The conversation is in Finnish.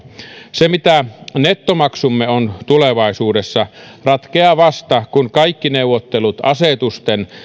se mitä nettomaksumme on tulevaisuudessa ratkeaa vasta kun kaikki neuvottelut asetusten ja